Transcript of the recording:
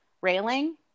railing